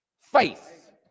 Faith